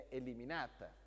eliminata